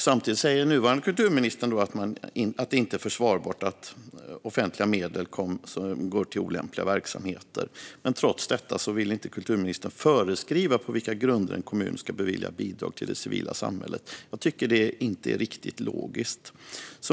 Samtidigt säger den nuvarande kulturministern att det inte är försvarbart att offentliga medel går till olämpliga verksamheter. Trots detta vill inte kulturministern föreskriva på vilka grunder en kommun ska bevilja bidrag till det civila samhället. Jag tycker inte det är riktigt logiskt.